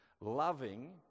loving